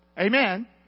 Amen